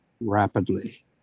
rapidly